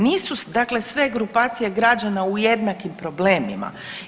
Nisu dakle sve grupacije građana u jednakim problemima.